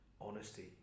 honesty